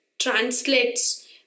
translates